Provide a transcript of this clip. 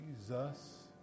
Jesus